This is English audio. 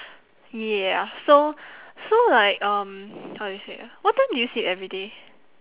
yeah so so like um how do you say ah what time do you sleep everyday